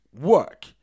work